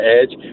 edge